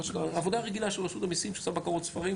עבודה רגילה של רשות המיסים שעושה בקרות ספרים,